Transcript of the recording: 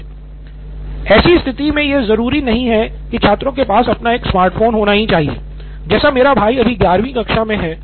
सिद्धार्थ मटूरी ऐसी स्थिति में यह जरूरी नहीं है कि छात्रों के पास अपना एक स्मार्टफोन होना चाहिए जैसे मेरा भाई अभी 11 वीं कक्षा में हैं